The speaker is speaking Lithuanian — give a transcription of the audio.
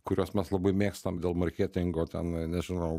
kuriuos mes labai mėgstam dėl marketingo ten nežinau